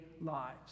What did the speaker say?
lives